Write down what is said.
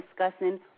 discussing